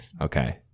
Okay